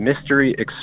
mystery